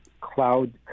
cloud